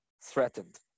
threatened